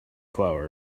flour